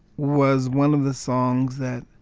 was one of the songs that